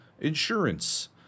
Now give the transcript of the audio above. insurance